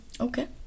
Okay